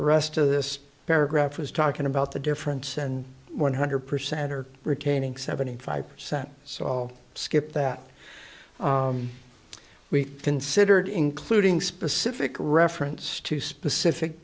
the rest of this paragraph was talking about the difference and one hundred percent are retaining seventy five percent so i'll skip that we considered including specific reference to specific